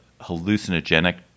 hallucinogenic